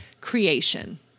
Creation